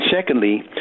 secondly